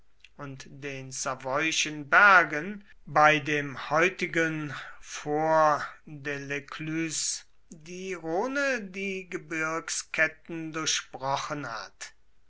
und den savoyischen bergen bei dem heutigen fort de l'ecluse die rhone die gebirgsketten durchbrochen hat